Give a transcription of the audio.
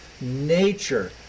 nature